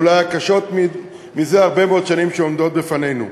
ואולי הקשות זה הרבה מאוד שנים שעומדות בפנינו.